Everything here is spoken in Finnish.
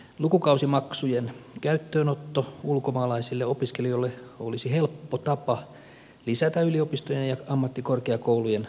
lukukausimaksujen käyttöönotto ulkomaalaisille opiskelijoille olisi helppo tapa lisätä yliopistojen ja ammattikorkeakoulujen tuottoja